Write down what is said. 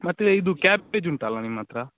ಮತ್ತೆ ಇದು ಕ್ಯಾಬೇಜ್ ಉಂಟಲ್ಲಾ ನಿಮ್ಮತ್ತರ